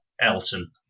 Elton